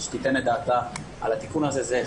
שתיתן את דעתה על התיקון הזה.